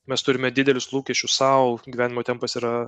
mes turime didelius lūkesčius sau gyvenimo tempas yra